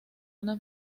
una